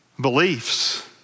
beliefs